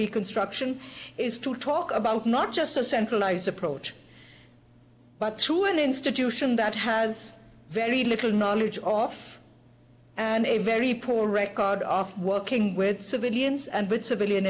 reconstruction is to talk about not just a centralized approach but to an institution that has very little knowledge off and a very poor record of working with civilians and with civilian